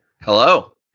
Hello